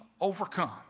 overcome